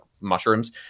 mushrooms